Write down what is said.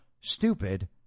stupid